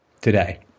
today